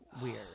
weird